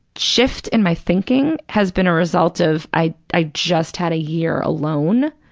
shift in my thinking has been a result of i i just had a year alone.